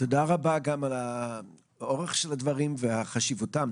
תודה רבה על אורך הדברים וחשיבותם.